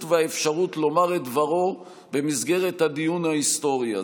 והאפשרות לומר את דברם במסגרת הדיון ההיסטורי הזה.